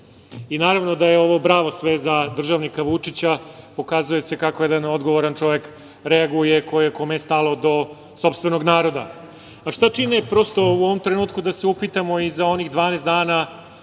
Naravno, ovo je bravo sve za državnika Vučića i pokazuje kako jedan odgovoran čovek reaguje, a kome je stalo do sopstvenog naroda. Šta čine u ovom trenutku, da se upitamo i za onih 12 dana,